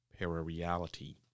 parareality